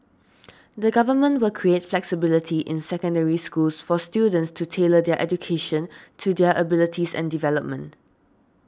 the government will create flexibility in Secondary Schools for students to tailor their education to their abilities and development